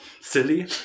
silly